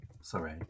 Sorry